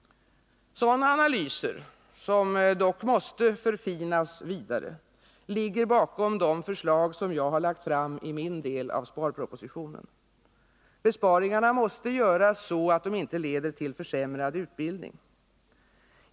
Sådana analyser, som dock måste förfinas vidare, ligger bakom de förslag Nr 46 som jag lagt fram i min del av sparpropositionen. Besparingarna måste göras Torsdagen den så att de inte leder till försämrad utbildning.